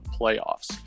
playoffs